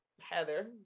Heather